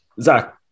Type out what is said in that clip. Zach